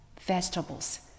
vegetables